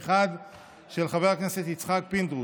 פ/2351/24, של חבר הכנסת יצחק פינדרוס,